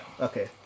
Okay